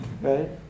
Right